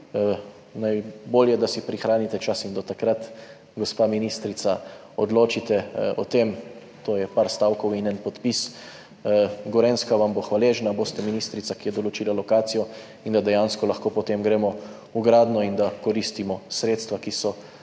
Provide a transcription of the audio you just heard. najbolje, da si prihranite čas in do takrat, gospa ministrica, odločite o tem. To je nekaj stavkov in en podpis. Gorenjska vam bo hvaležna, boste ministrica, ki je določila lokacijo, da dejansko lahko potem gremo v gradnjo in da koristimo sredstva, ki so za